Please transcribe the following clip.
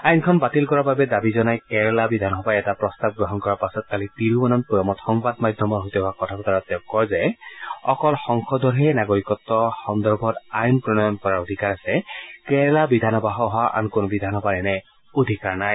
আইনখন বাতিল কৰাৰ দাবী জনাই কেৰালা বিধানসভাই এটা প্ৰস্তাৱ গ্ৰহণ কৰাৰ পাছত কালি তিৰুৱনন্তপুৰমত সংবাদ মাধ্যমৰ সৈতে হোৱা কথা বতৰাত তেওঁ কয় যে অকল সংসদৰহে নাগৰিকত্ব সন্দৰ্ভত আইন গ্ৰহণ কৰাৰ অধিকাৰ আছে কেৰালা বিধানসভাসহ আন কোনো বিধানসভাৰ এনে অধিকাৰ নাই